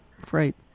great